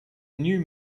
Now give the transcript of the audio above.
new